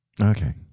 Okay